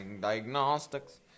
Diagnostics